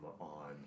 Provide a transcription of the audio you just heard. on